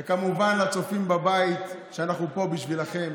וכמובן, לצופים בבית, שאנחנו פה בשבילכם.